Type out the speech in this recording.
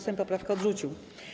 Sejm poprawkę odrzucił.